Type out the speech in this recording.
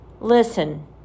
Listen